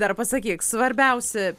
dar pasakyk svarbiausi